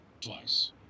Twice